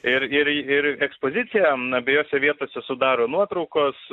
ir ir ir ekspozicija abiejose vietose sudaro nuotraukos